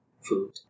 food